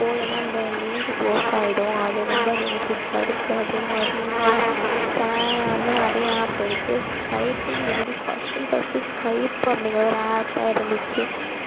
போகலன்னா அந்த link close ஆகிடும் அது ரொம்ப பெனிஃபிட்ஸாக இருக்குது அதே மாதிரி ஷா அது மாதிரி நிறையா ஆப் இருக்குது ஸ்கைப்னு முன்னாடி ஃபர்ஸ்ட் அண்ட் ஃபர்ஸ்ட் ஸ்கைப் அப்படிங்கிற ஒரு ஆப் தான் இருந்திச்சு